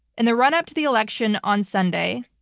and the run up to the election on sunday,